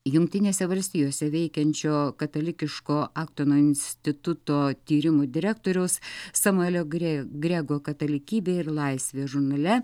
jungtinėse valstijose veikiančio katalikiško aktono instituto tyrimų direktoriaus samuelio gre grego katalikybė ir laisvė žurnale